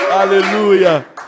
Hallelujah